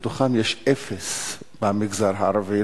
יש אפס במגזר הערבי.